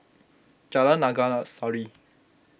Jalan Naga Sari